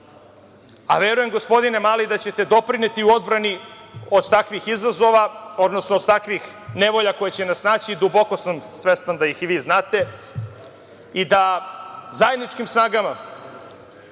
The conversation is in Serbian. a verujem gospodine Mali da ćete doprineti u odbrani od takvih izazova, odnosno od takvih nevolja koje će nas snaći. Duboko sam svestan da ih i vi znate i da zajedničkim snagama